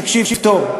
תקשיב טוב,